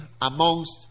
amongst